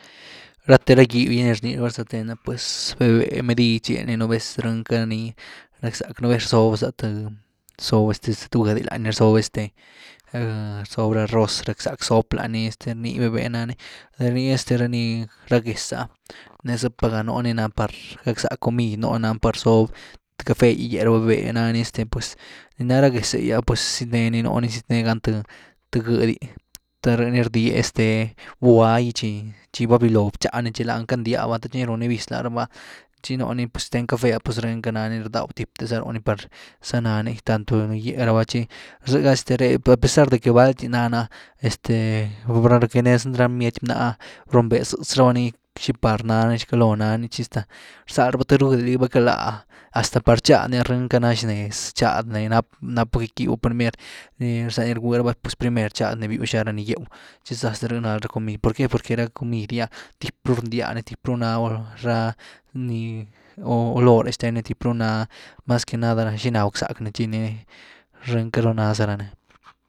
Raátera gyb´e gy ni rnyrava sarteny pues véh-véh medid zyendy nu vez r-nyka ni rak zak nu vez rzob za th rzob zaatb´dy laa´ny rzob ra roz rakzak soop laa´ny ni véh-véh na ni, de ni ra gezah ni zh pagaa´ nu ni na par gakzak comid nu ni par zob cafegy gye rabaa´ véh- véh naani este pues ni na ra geze´gy ah pues sitneni nuni sitneega ni th gïdy te r-ni rdie´ bwa gy chi vaviló bxani chi laany candyab>ba th chi runny vizy la raba chi nu ni shten cafea´ puz rinka na ny rdau tipyteza runí par zy nanny, tanto ny gye raba chi ri re apensar de que valty naana este br-ganee za ra m´n´iety b-naa´ rumbee´ tz>tzraba ni shi par naany, caloo´ naany chi hasta r-zal ra th rwëed liga valka la, hasta par chadny ah rinka na shnes chadny napú kat kibiu´primer ni za ni rg>uraba pues primer chady ni viusha ra ni gyeu´chi zas de rhi nal ra comid ¿por qué? Porque ra comid gya typru rndiany typru na ra olore shtenny typru na mas que nada shi na gukzakny chiny rinkaru na za ranny.